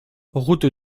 route